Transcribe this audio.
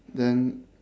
then